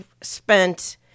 spent